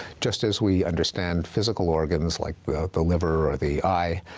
just as we understand physical organs, like the liver or the eye,